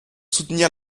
soutenir